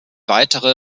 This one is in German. weitere